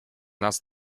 nas